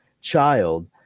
child